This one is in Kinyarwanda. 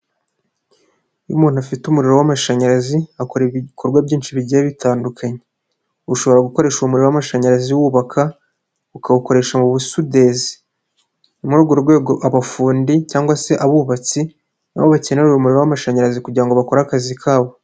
iyo umuntu afite umuriro w'amashanyarazi akora ibikorwa byinshi bigiye bitandukanye , ushobora gukoresha umuriro w'amashanyarazi wubaka ukawukoresha mu busudezi , muri urwo rwego abafundi cyangwa se abubatsi na bo bakenera umumuriro w'amashanyarazi kugira ngo bakore akazi kabo.